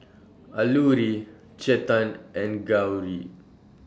Alluri Chetan and Gauri